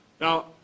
Now